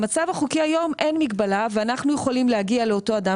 במצב החוקי היום אין מגבלה ואנחנו יכולים להגיע לאותו אדם